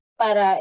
para